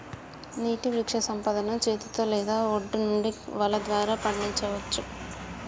నీటి వృక్షసంపదను చేతితో లేదా ఒడ్డు నుండి వల ద్వారా పండించచ్చు